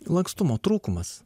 lankstumo trūkumas